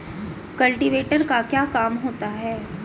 Cultivator का क्या काम होता है?